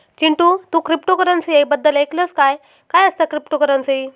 चिंटू, तू क्रिप्टोकरंसी बद्दल ऐकलंस काय, काय असता क्रिप्टोकरंसी?